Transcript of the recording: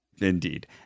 Indeed